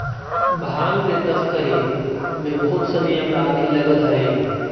भाँग के तस्करी में बहुत सनि अपराधी लगल हइ